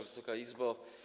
Wysoka Izbo!